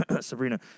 Sabrina